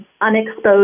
unexposed